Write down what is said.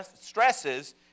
stresses